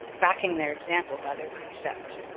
backing their example by their precept.